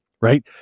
right